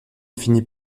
finit